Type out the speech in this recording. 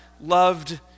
loved